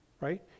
right